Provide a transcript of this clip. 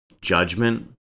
Judgment